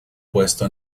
puesto